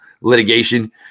litigation